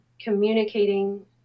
communicating